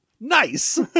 nice